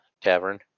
tavern